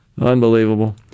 Unbelievable